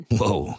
Whoa